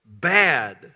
Bad